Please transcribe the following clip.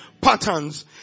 patterns